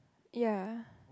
ya